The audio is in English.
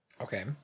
Okay